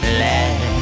let